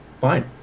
fine